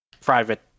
private